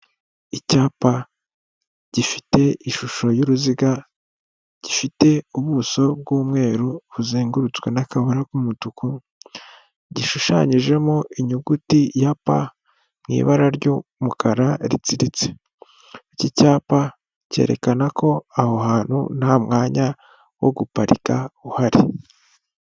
Icyapa gifite ishusho y'uruziga, gifite ubuso bw'umweru buzengurutswe n'akabara k'umutuku, gishushanyijemo inyuguti ya P mw’ ibara ry'umukara ritsiritse . Iki cyapa cyerekana ko aho hantu nta mwanya wo guparika uhari.